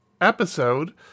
episode